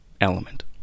element